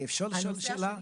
אפשר לשאול שאלה?